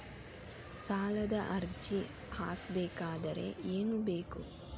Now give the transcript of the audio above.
ಸಾಲದ ಅರ್ಜಿ ಹಾಕಬೇಕಾದರೆ ಏನು ಬೇಕು?